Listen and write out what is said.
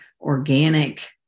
organic